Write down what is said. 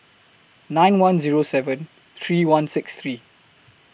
nine one Zero seven three one six three